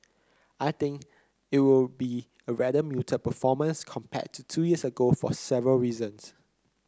I think it will be a rather muted performance compared to two years ago for several reasons